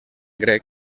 grec